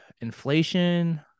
inflation